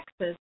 Texas